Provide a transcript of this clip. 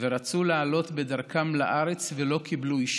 ורצו לעלות בדרכם לארץ ולא קיבלו אישור.